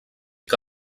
que